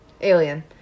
Alien